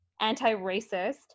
anti-racist